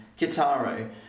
Kitaro